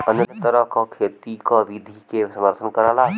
अन्य तरह क खेती क विधि के समर्थन करला